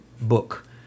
book